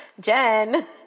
Jen